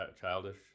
childish